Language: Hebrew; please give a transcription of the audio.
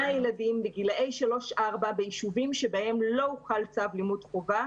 הילדים לגילאי 3-4 ביישובים שבהם לא הוחל צו לימוד חובה.